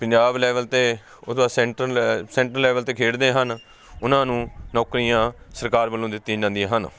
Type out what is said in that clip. Punjab level 'ਤੇ ਉਹਦਾ central centre level 'ਤੇ ਖੇਡਦੇ ਹਨ ਉਹਨਾਂ ਨੂੰ ਨੌਕਰੀਆਂ ਸਰਕਾਰ ਵੱਲੋਂ ਦਿੱਤੀਆਂ ਜਾਂਦੀਆਂ ਹਨ